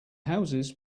houses